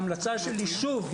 ההמלצה שלי שוב,